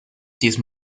these